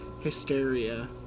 hysteria